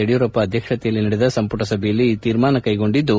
ಯಡಿಯೂರಪ್ಪ ಅಧ್ಯಕ್ಷತೆಯಲ್ಲಿ ನಡೆದ ಸಂಪುಟ ಸಭೆಯಲ್ಲಿ ಈ ತೀರ್ಮಾನ ಕೈಗೊಂಡಿದ್ದು